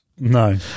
No